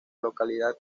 localidad